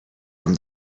from